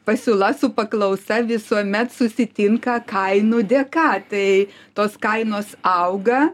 pasiūla su paklausa visuomet susitinka kainų dėka tai tos kainos auga